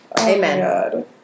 amen